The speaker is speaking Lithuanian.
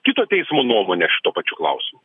kito teismo nuomonę šituo pačiu klausimu